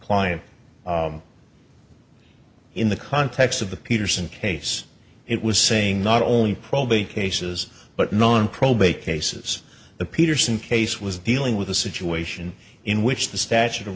client in the context of the peterson case it was saying not only probably cases but non probate cases the peterson case was dealing with a situation in which the statute